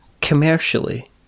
Commercially